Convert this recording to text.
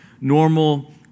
Normal